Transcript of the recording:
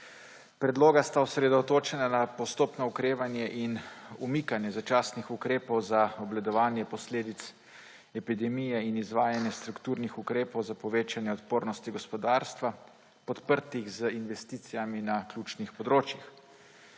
Predloga sta osredotočena na postopno okrevanje in umikanje začasnih ukrepov za obvladovanje posledic epidemije in izvajanje strukturnih ukrepov za povečanje odpornosti gospodarstva, podprtih z investicijami na ključnih področjih.